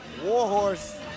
Warhorse